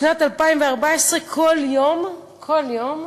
בשנת 2014 כל יום, כל יום,